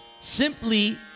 simply